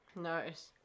nice